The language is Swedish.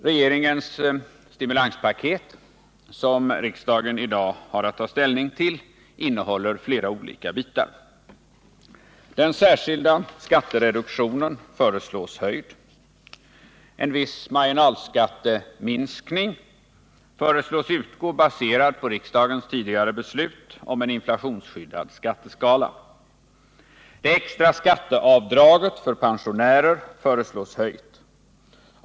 Regeringens stimulanspaket, som riksdagen i dag har att ta ställning till, innehåller flera olika bitar. Den särskilda skattereduktionen föreslås höjd. En viss marginalskatteminskning föreslås utgå, baserad på riksdagens tidigare beslut om en inflationsskyddad skatteskala. Det extra skatteavdraget för pensionärer föreslås höjt.